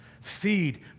feed